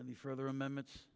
any further amendments